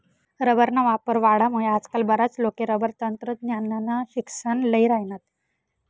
रबरना वापर वाढामुये आजकाल बराच लोके रबर तंत्रज्ञाननं शिक्सन ल्ही राहिनात